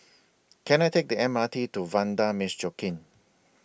Can I Take The M R T to Vanda Miss Joaquim